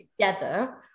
together